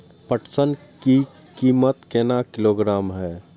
पटसन की कीमत केना किलोग्राम हय?